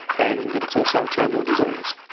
and that it's also a terminal disease.